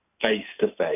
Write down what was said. face-to-face